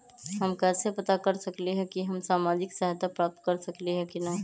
हम कैसे पता कर सकली ह की हम सामाजिक सहायता प्राप्त कर सकली ह की न?